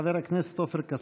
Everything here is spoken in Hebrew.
חבר הכנסת עופר כסיף.